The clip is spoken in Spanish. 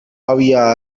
había